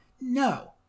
no